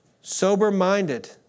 sober-minded